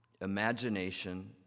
imagination